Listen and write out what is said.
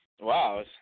Wow